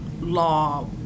law